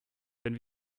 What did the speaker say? wenn